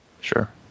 Sure